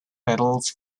medals